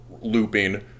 Looping